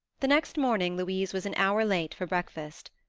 the next morning louise was an hour late for breakfast.